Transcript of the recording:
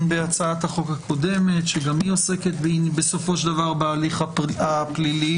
בהצעת החוק הקודמת שגם היא עוסקת בסופו של דבר בהליך הפלילי.